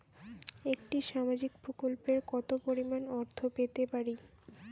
একটি সামাজিক প্রকল্পে কতো পরিমাণ অর্থ পেতে পারি?